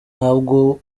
ntabwo